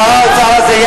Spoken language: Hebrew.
שר האוצר הזה,